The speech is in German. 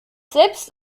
selbst